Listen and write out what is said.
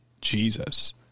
Jesus